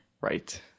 Right